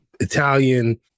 Italian